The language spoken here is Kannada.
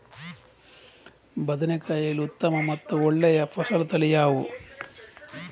ಬದನೆಕಾಯಿಯಲ್ಲಿ ಉತ್ತಮ ಮತ್ತು ಒಳ್ಳೆಯ ಫಸಲು ತಳಿ ಯಾವ್ದು?